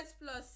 plus